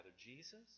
Jesus